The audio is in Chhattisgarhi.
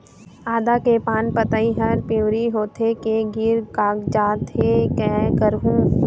आदा के पान पतई हर पिवरी होथे के गिर कागजात हे, कै करहूं?